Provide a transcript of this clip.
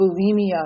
bulimia